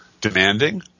demanding